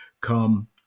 come